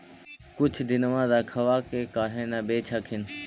कुछ दिनमा रखबा के काहे न बेच हखिन?